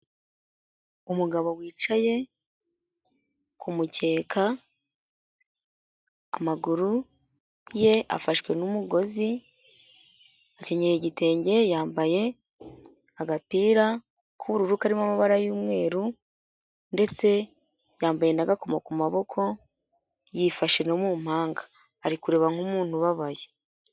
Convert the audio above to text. Umugabo wicaye ku mukeka, ku maguru ye afashwe n'umugozi, akenye igitenge yambaye agapira k'ubururu karimo amabara y'umweru ndetse yambaye na gakomo ku maboko yifashe no mu mpanga ari kureba nk'umuntu ubabaye.